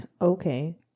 Okay